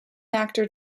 actor